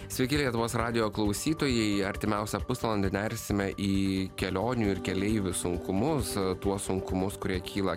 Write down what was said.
sveiki lietuvos radijo klausytojai artimiausią pusvalandį nersime į kelionių ir keleivių sunkumus tuos sunkumus kurie kyla